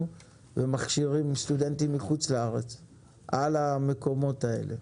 ומכשירים סטודנטים מחו"ל על המקורות האלה.